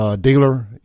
dealer